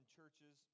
Churches